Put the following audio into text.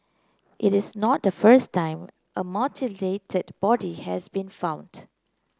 it is not the first time a mutilated body has been found